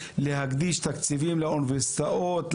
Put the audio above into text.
להקדיש תקציבים לאוניברסיטאות,